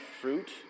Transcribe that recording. fruit